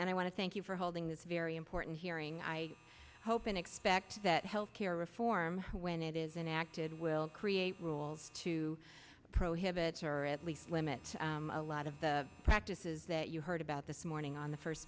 and i want to thank you for holding this very important hearing i hope and expect that health care reform when it isn't acted will create rules to prohibit or at least limit a lot of the practices that you heard about this morning on the first